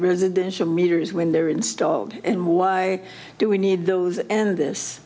residential meters when they're installed and why do we need those and this